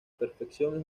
perfección